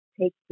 Take